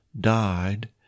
died